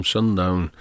Sundown